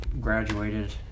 graduated